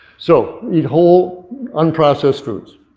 so eat whole unprocessed foods.